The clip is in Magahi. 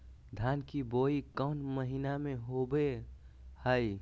धान की बोई कौन महीना में होबो हाय?